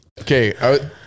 Okay